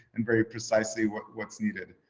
and very precisely what's what's needed.